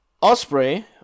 Osprey